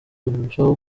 rurushaho